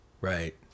right